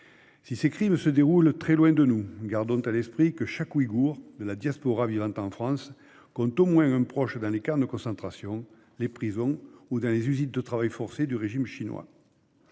Si ces crimes se déroulent très loin de nous, gardons à l'esprit que chaque Ouïghour de la diaspora vivant en France compte au moins un proche dans les camps de concentration, les prisons ou les usines de travail forcé du régime chinois.